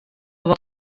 fod